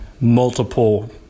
multiple